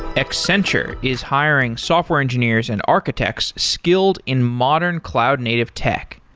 accenture is hiring software engineers and architects skilled in modern cloud native tech.